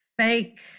fake